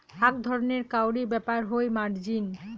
আক ধরণের কাউরী ব্যাপার হই মার্জিন